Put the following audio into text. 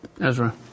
Ezra